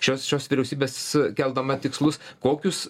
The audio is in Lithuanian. šios šios vyriausybės keldama tikslus kokius